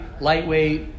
lightweight